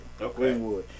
Okay